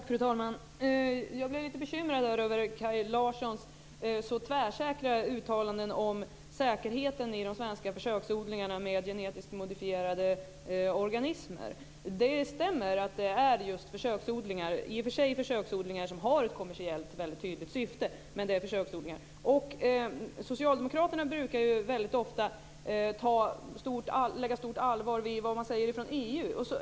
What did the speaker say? Fru talman! Jag blev lite bekymrad av Kaj Larssons tvärsäkra uttalanden om säkerheten i de svenska försöksodlingarna med genetiskt modifierade organismer. Det stämmer att det är just försöksodlingar, även om de i och för sig har ett tydligt kommersiellt syfte. Socialdemokraterna brukar ju ofta fästa stort allvar vid vad man säger från EU.